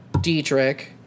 Dietrich